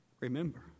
Remember